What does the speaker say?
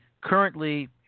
currently